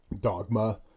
Dogma